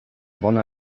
bona